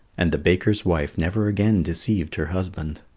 and the baker's wife never again deceived her husband.